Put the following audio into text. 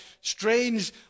strange